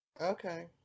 Okay